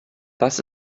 das